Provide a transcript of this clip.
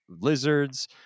lizards